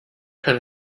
kann